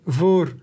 voor